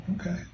Okay